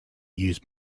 use